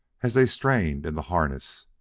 as they strained in the harness,